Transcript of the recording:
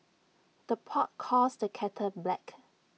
the pot calls the kettle black